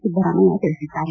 ಸಿದ್ದರಾಮಯ್ಯ ತಿಳಿಸಿದ್ದಾರೆ